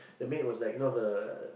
the maid was like you know her